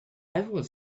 everyone